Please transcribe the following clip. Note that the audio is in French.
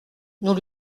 nous